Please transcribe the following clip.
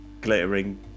glittering